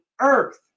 earth